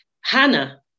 Hannah